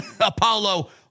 Apollo